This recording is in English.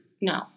no